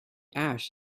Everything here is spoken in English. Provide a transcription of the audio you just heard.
ash